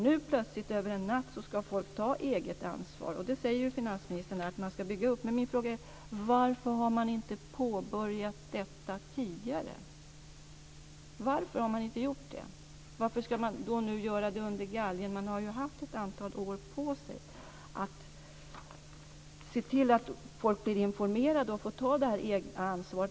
Nu plötsligt över en natt ska människor ta eget ansvar. Och det säger finansministern att man ska bygga upp. Men min fråga är: Varför har man inte påbörjat detta tidigare? Varför har man inte gjort det? Varför ska man nu göra det under galgen? Man har ju haft ett antal år på sig att se till att människor blir informerade och får ta detta egna ansvar.